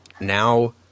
Now